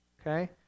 Okay